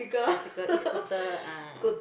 bicycle E-Scooter ah